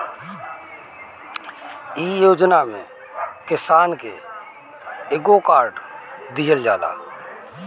इ योजना में किसान के एगो कार्ड दिहल जाला